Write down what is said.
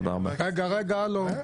רגע, הלו,